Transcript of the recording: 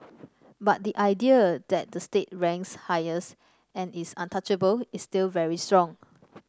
but the idea that the state ranks highest and is untouchable is still very strong